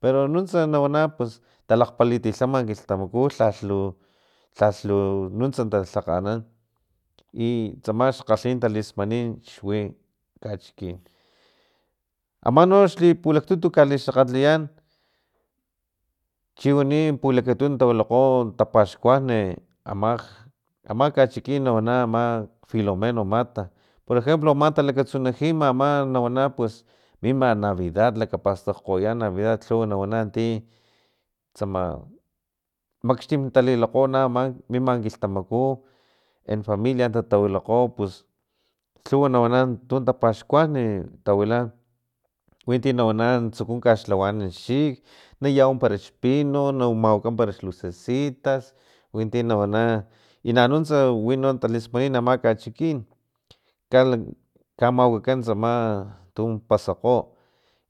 Pero nuntsa nawana talakgpalitilhama kilhtamaku lhalh lu nunts ta lhakganan i tsama xkgalhi talismanin wi kachichin ama no xi pulaktutu nak kalixakgatliyan chiwani pulakatun tawilakgo tapaxkuan amag ama kachikin nawana ama filomeno mata por ejemplo talakatsunajima ama na wana pues mima navidad lakapastakgoya navidad lhuwa nawana ti tsamamaxtin talilakgo ama mimam kilhtamaku en familia natatawilakgo pus lhuwa na wana tun tapaxkuan tawila winti nawana natsuku kaxlawanan xchik nayawa parax pino namawaka para xlucesitas winti nawana i nanuntsa wino talismanin ama kachikin kamawakakan tsama tun pasakgo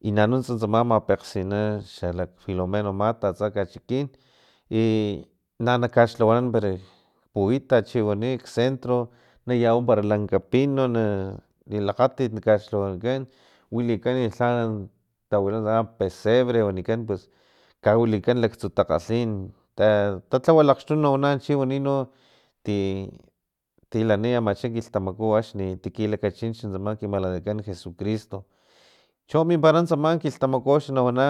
i nanunts tsama mapakgsinan xalak filimeno mata atsa kachikin i nanakaxlhawanan pere kpuitat para chiwani kcentro na yawa para lanka pino na lilakgatit na kaxlhawanankan wulikan lha tawila tsama pesebre wanikan pus kawilikan laktsu takgalhin ta talhawa talhawalakgxtu nawana chin tilani amacha kilhtamaku akni kilakachinchi tsama ki malanakan jesucristo chon mimpara tsama kilhtamaku axni nawana